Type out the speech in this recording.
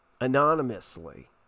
anonymously